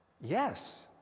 yes